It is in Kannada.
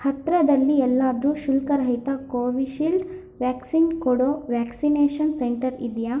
ಹತ್ತಿರದಲ್ಲಿ ಎಲ್ಲಾದರೂ ಶುಲ್ಕ ರಹಿತ ಕೋವಿಶೀಲ್ಡ್ ವ್ಯಾಕ್ಸಿನ್ ಕೊಡೋ ವ್ಯಾಕ್ಸಿನೇಷನ್ ಸೆಂಟರ್ ಇದೆಯಾ